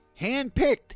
Handpicked